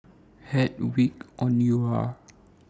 Hedwig Anuar